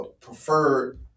preferred